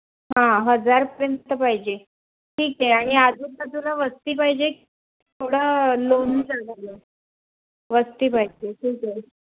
हां हजारपर्यंत पाहिजे ठीक आहे आणि आजूबाजूला वस्ती पाहिजे थोडं लोनली चाललं वस्ती पाहिजे ठीक आहे